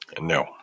No